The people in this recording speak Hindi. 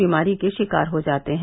बीमारी के शिकार हो जाते हैं